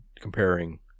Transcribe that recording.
comparing